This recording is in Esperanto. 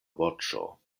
voĉo